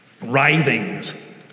writhings